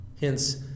hence